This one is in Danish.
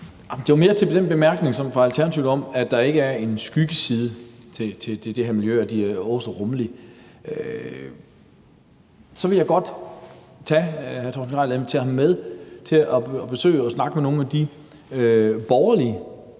Det er til den bemærkning fra Alternativet om, at der ikke er en skyggeside til det her miljø, og at de er så rummelige. Jeg vil godt invitere hr. Torsten Gejl med til at besøge og snakke med nogle af de borgerlige